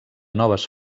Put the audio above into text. noves